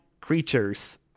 creatures